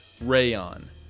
Rayon